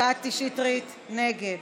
קטי שטרית, נגד,